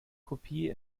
kopie